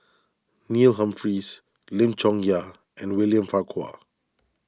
Neil Humphreys Lim Chong Yah and William Farquhar